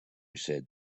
said